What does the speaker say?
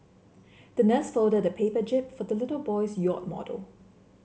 the nurse folded a paper jib for the little boy's yacht model